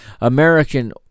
American